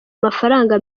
mafaranga